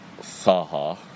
Saha